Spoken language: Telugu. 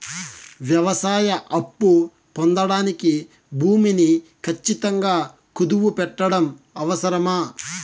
వ్యవసాయ అప్పు పొందడానికి భూమిని ఖచ్చితంగా కుదువు పెట్టడం అవసరమా?